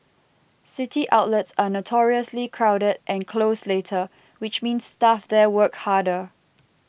city outlets are notoriously crowded and close later which means staff there work harder